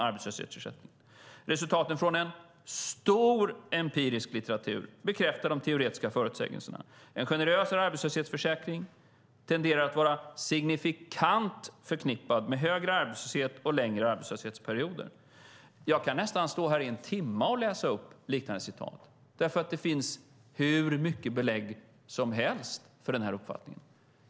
Resultaten från en stor empirisk litteratur bekräftar det teoretiska förutsägelserna. En generösare arbetslöshetsförsäkring tenderar att vara signifikant förknippad med högre arbetslöshet och längre arbetslöshetsperioder. Jag kan stå här i en timme och läsa upp liknande citat. Det finns hur mycket belägg som helst för den uppfattningen.